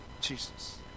Jesus